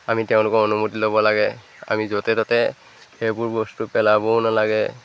আমি তেওঁলোকক অনুমতি ল'ব লাগে আমি য'তে ত'তে সেইবোৰ বস্তু পেলাবও নালাগে